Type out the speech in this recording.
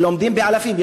שלומדים באלפים.